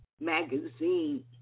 magazine